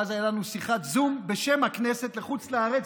ואז הייתה לנו שיחת זום בשם הכנסת לחוץ לארץ,